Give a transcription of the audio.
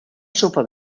sopa